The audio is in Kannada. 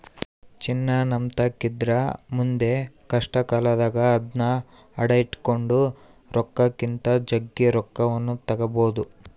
ಚಿನ್ನ ನಮ್ಮತಾಕಿದ್ರ ಮುಂದೆ ಕಷ್ಟಕಾಲದಾಗ ಅದ್ನ ಅಡಿಟ್ಟು ಕೊಂಡ ರೊಕ್ಕಕ್ಕಿಂತ ಜಗ್ಗಿ ರೊಕ್ಕವನ್ನು ತಗಬೊದು